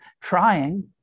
trying